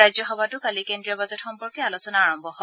ৰাজ্যসভাতো কালি কেন্দ্ৰীয় বাজেট সম্পৰ্কে আলোচনা আৰম্ভ হয়